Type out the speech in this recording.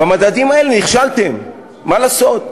במדדים האלה נכשלתם, מה לעשות.